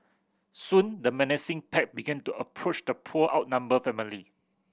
soon the menacing pack began to approach the poor outnumbered family